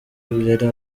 yari